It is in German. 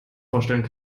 vorstellen